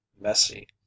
messy